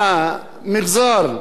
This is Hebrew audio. הערבי והיהודי,